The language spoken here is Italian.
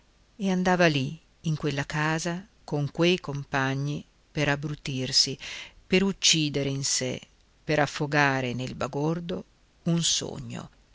e andava lì in quella casa con quei compagni per abbrutirsi per uccidere in sé per affogare nel bagordo un sogno